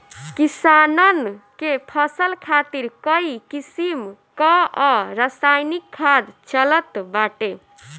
किसानन के फसल खातिर कई किसिम कअ रासायनिक खाद चलत बाटे